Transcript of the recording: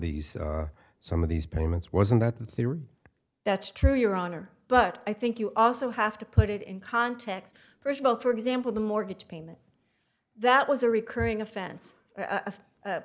these some of these payments wasn't that the theory that's true your honor but i think you also have to put it in context first of all for example the mortgage payment that was a recurring offense